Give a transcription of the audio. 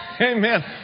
Amen